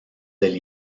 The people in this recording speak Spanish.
del